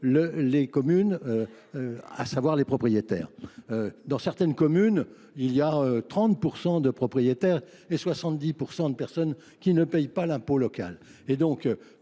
les communes, à savoir les propriétaires. Dans certaines communes, il y a 30% de propriétaires et 70% de personnes qui ne payent pas l'impôt local.